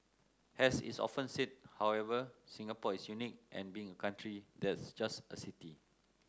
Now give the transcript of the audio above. as is often said however Singapore is unique in being a country that's just a city